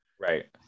Right